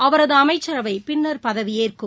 அவரது அமைச்சரவை பின்னர் பதவியேற்க்கும்